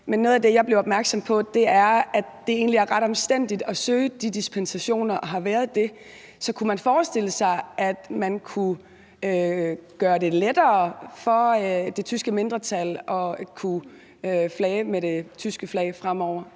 egentlig er og har været ret omstændeligt at søge de dispensationer. Kunne man forestille sig, at man kunne gøre det lettere for det tyske mindretal at kunne flage med det tyske flag fremover,